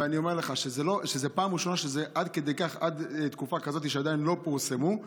ואני אומר לך שזאת פעם ראשונה שעד תקופה כזאת עדיין לא פורסמו.